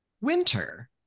Winter